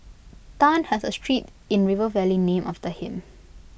Tan has A street in river valley named after him